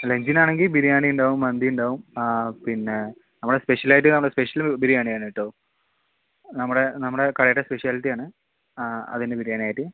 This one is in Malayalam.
അല്ലെങ്കിൽ ആണെങ്കിൽ ബിരിയാണി ഉണ്ടാവും മന്തി ഉണ്ടാവും പിന്നെ നമ്മുടെ സ്പെഷ്യൽ ആയിട്ട് കാണും സ്പെഷ്യൽ ബിരിയാണി ആണ് കേട്ടോ നമ്മുടെ നമ്മുടെ കടയുടെ സ്പെഷ്യാലിറ്റി ആണ് ആ അതിന് ബിരിയാണി ആയിട്ട്